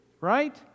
right